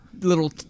little